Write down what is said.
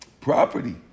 property